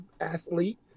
athlete